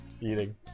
Eating